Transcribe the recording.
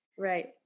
Right